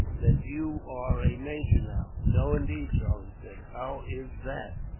that you are a major now? no, indeed, charlie said. how is that?